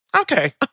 okay